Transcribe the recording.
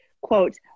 quote